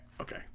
Okay